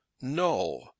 no